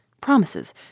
promises